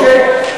אוקיי.